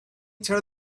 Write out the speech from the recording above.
tear